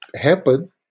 happen